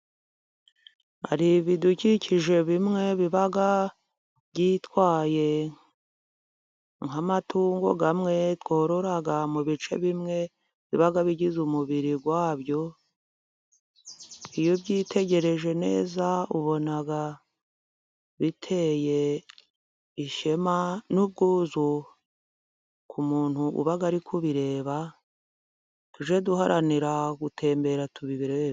Hari ibidukikije bimwe biba byitwaye， nk’amatungo tworora， mu bice bimwe biba bigize umubiri wabyo， iyo ubyitegereje neza， ubona biteye ishema n'ubwuzu， ku muntu uba ari kubireba，tuge， duharanira gutembera tubireba.